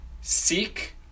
Seek